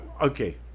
Okay